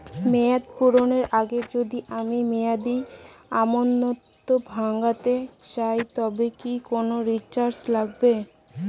মেয়াদ পূর্ণের আগে যদি আমি মেয়াদি আমানত ভাঙাতে চাই তবে কি কোন চার্জ লাগবে?